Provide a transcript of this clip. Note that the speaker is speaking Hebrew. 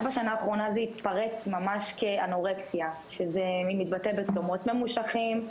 בשנה האחרונה זה התפרץ ממש כאנורקסיה שזה מתבטא בצומות ממושכים,